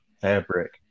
fabric